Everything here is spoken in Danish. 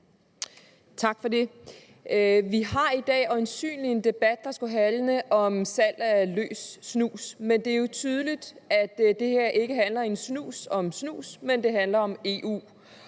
Tak for det. Vi har i dag øjensynlig en debat, der skulle handle om salg af løs snus, men det er jo tydeligt, at det her ikke handler en snus om snus, men om EU.